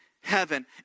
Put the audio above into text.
heaven